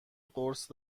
قرص